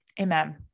Amen